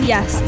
Yes